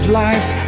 life